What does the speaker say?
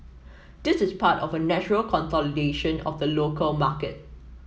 this is part of a natural consolidation of the local market